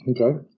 Okay